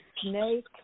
snake